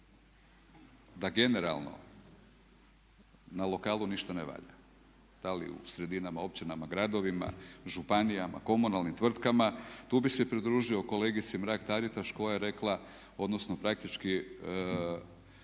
da generalno na lokalu ništa ne valja da li u sredinama, općinama, gradovima, županijama, komunalnim tvrtkama. Tu bih se pridružio kolegici Mrak Taritaš koja je rekla, odnosno praktički